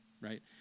right